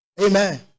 Amen